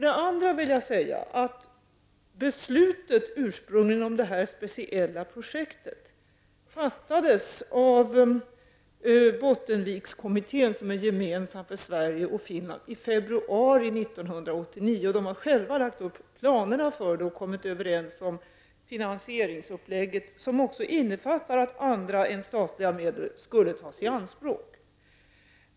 Det ursprungliga beslutet om detta speciella projekt fattades av Bottenvikskommittén, som är gemensam för Sverige och Finland, i februari 1989. Man hade själv lagt upp planerna och kommit överens om finansieringen. Det innefattar att även andra än statliga medel skall tas i anspråk.